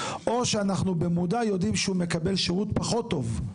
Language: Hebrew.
או שאנחנו במודע יודעים שהוא מקבל שירות פחות טוב,